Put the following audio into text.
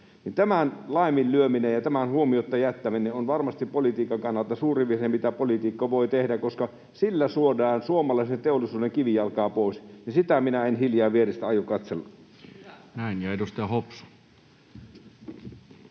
tämän laiminlyöminen ja tämän huomiotta jättäminen on varmasti politiikan kannalta suurin virhe, mitä poliitikko voi tehdä, koska sillä syödään suomalaisen teollisuuden kivijalkaa pois, ja sitä minä en hiljaa vierestä aio katsella. [Leena Meri: Hyvä!]